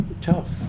tough